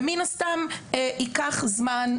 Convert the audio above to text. ומין הסתם ייקח זמן.